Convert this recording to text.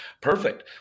perfect